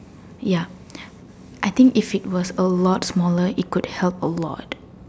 yep I think if it was a lot smaller it could help a lot